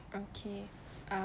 okay